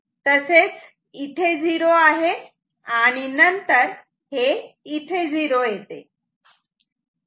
तसेच इथे 0 आहे आणि नंतर हे इथे 0 येते